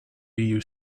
you